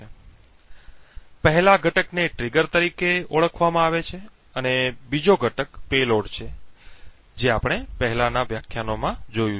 ખાલી પહેલા ઘટકને ટ્રિગર તરીકે ઓળખવામાં આવે છે અને બીજો ઘટક પેલોડ છે જે આપણે પહેલાના વ્યાખ્યાનોમાં જોયું છે